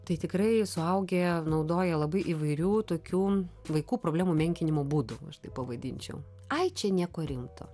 tai tikrai suaugę naudoja labai įvairių tokių vaikų problemų menkinimo būdu aš taip pavadinčiau ai čia nieko rimto